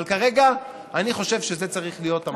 אבל כרגע אני חושב שזה צריך להיות המסלול.